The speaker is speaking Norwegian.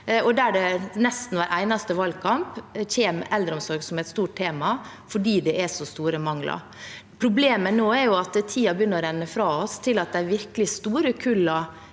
har. I nesten hver eneste valgkamp kommer eldreomsorg opp som et stort tema fordi det er så store mangler. Problemet nå er at tiden begynner å renne fra oss før de virkelig store kullene